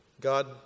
God